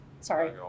Sorry